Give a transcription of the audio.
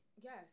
Yes